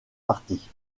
parties